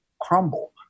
crumble